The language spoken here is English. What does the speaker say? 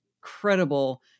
incredible